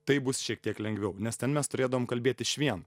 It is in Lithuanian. tai bus šiek tiek lengviau nes ten mes turėdavom kalbėt išvien